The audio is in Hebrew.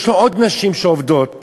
יש לו עוד נשים שעובדות אצלו,